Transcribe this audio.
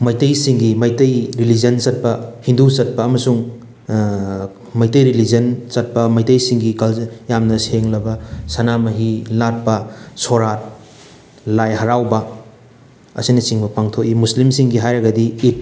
ꯃꯩꯇꯩꯁꯤꯡꯒꯤ ꯃꯩꯇꯩ ꯔꯤꯂꯤꯖꯟ ꯆꯠꯄ ꯍꯤꯟꯗꯨ ꯆꯠꯄ ꯑꯃꯁꯨꯡ ꯃꯩꯇꯩ ꯔꯤꯂꯤꯖꯟ ꯆꯠꯄ ꯃꯩꯇꯩꯁꯤꯡꯒꯤ ꯀꯜꯆꯔ ꯌꯥꯝꯅ ꯁꯦꯡꯂꯕ ꯁꯅꯥꯃꯍꯤ ꯂꯥꯠꯄ ꯁꯣꯔꯥꯠ ꯂꯥꯏ ꯍꯔꯥꯎꯕ ꯑꯁꯤꯅꯆꯤꯡꯕ ꯄꯥꯡꯊꯣꯛꯏ ꯃꯨꯁꯂꯤꯝꯁꯤꯡꯒꯤ ꯍꯥꯏꯔꯒꯗꯤ ꯏꯠ